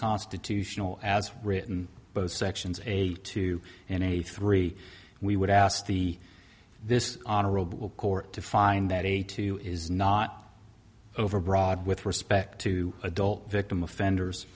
constitutional as written both sections a two and a three we would ask the this honorable court to find that a two is not over broad with respect to adult victim offenders